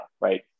right